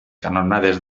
canonades